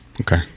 Okay